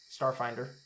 Starfinder